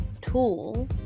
tool